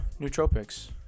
nootropics